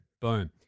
Boom